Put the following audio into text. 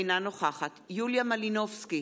אינה נוכחת יוליה מלינובסקי,